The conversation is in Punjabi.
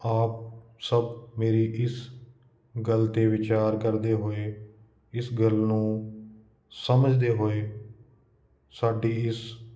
ਆਪ ਸਭ ਮੇਰੀ ਇਸ ਗੱਲ 'ਤੇ ਵਿਚਾਰ ਕਰਦੇ ਹੋਏ ਇਸ ਗੱਲ ਨੂੰ ਸਮਝਦੇ ਹੋਏ ਸਾਡੀ ਇਸ